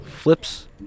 Flips